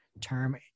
term